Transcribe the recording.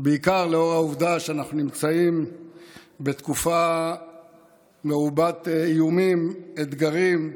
בעיקר לאור העובדה שאנחנו נמצאים בתקופה מרובת איומים ואתגרים.